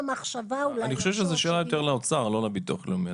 אני חושב שזה שאלה יותר לאוצר, לא לביטוח לאומי.